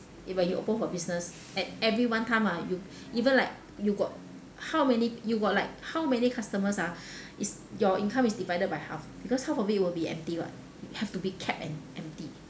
if like you open for business at every one time ah you even like you got how many you got like how many customers ah is your income is divided by half because half of it will be empty [what] it have to be kept em~ empty